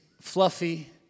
fluffy